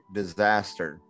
disaster